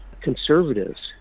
conservatives